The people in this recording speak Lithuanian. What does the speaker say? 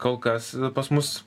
kol kas pas mus